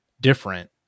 different